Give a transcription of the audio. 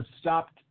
stopped